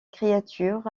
créature